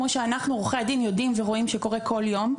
כמו שאנחנו עורכי הדין יודעים ורואים שקורה כל יום,